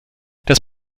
das